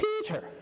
Peter